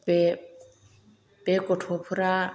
बे गथ'फोरा